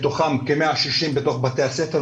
מתוכם כ-160 בתוך בתי הספר,